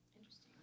Interesting